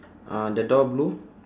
uh the door blue